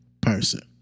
person